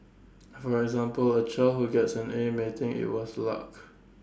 for example A child who gets an A may think IT was luck